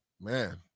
Man